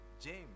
James